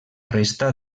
resta